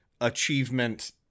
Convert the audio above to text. achievement